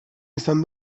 izan